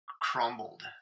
crumbled